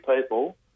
people